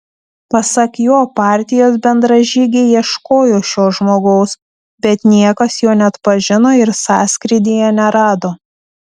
pasak jo partijos bendražygiai ieškojo šio žmogaus bet niekas jo neatpažino ir sąskrydyje nerado